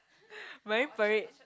Marine-Parade